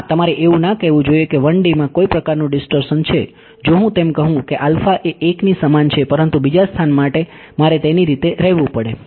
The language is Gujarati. હા તમારે એવું ના કહેવું જોઈએ કે 1Dમાં કોઈ પ્રકારનું ડીસ્ટોર્શન છે જો હું તેમ કહું કે આલ્ફા એ 1 ની સમાન છે પરંતુ બીજા સ્થાન માટે મારે તેવી રીતે રહેવું પડે